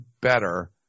better